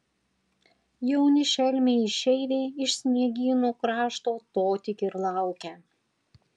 jauni šelmiai išeiviai iš sniegynų krašto to tik ir laukia